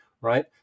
right